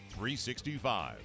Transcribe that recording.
365